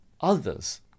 others